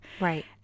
Right